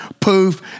Poof